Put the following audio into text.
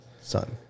son